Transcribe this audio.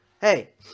hey